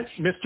Mr